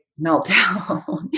meltdown